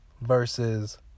versus